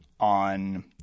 on